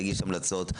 להגיש המלצות,